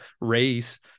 race